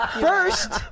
First